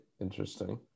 Interesting